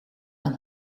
dan